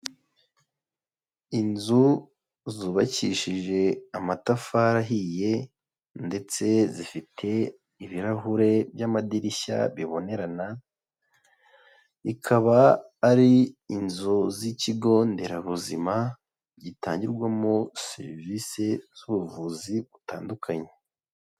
Inzu zubakishije amatafari ahiye ndetse zifite ibirahure by'amadirishya bibonerana ikaba ari inzu z'ikigo nderabuzima gitangirwamo serivisi z'ubuvuzi butandukanye.